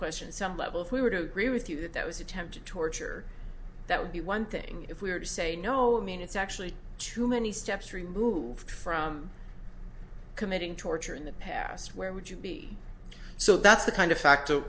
question some level if we were to agree with you that that was attempted torture that would be one thing if we were to say no i mean it's actually too many steps removed from committing torture in the past where would you be so that's the kind of fact